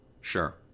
sure